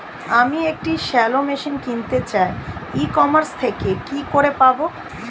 আমি একটি shallow machine কিনতে চাই ই কমার্স থেকে কি করে পাবো?